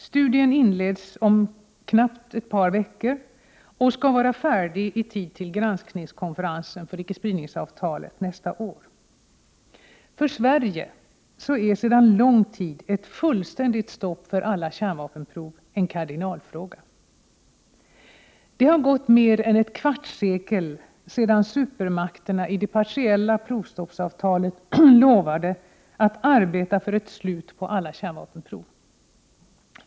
Studien inleds om knappt ett par veckor och skall vara färdig i tid till granskningskonferensen för icke-spridningsavtalet nästa år. För Sverige är sedan lång tid ett fullständigt stopp för alla kärnvapenprov en kardinalfråga. Det är nu mer än ett kvartssekel sedan supermakterna i det partiella provstoppsavtalet lovade att arbeta för ett slut på alla kärnvapenprov.